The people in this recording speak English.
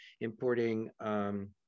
importing